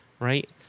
right